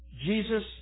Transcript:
Jesus